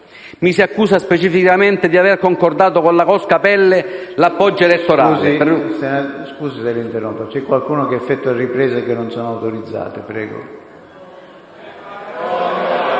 Mi si accusa, specificamente, di aver concordato con la cosca Pelle l'appoggio elettorale...